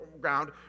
ground